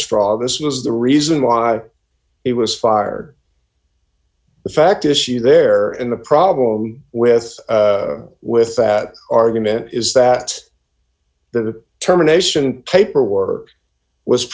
straw this was the reason why he was fired the fact is she there and the problem with with that argument is that the terminations paperwork was